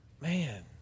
man